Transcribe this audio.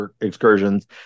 excursions